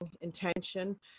intention